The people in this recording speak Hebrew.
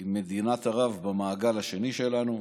עם מדינת ערב במעגל השני שלנו.